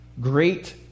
great